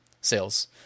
sales